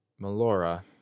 Melora